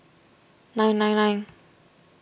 nine nine nine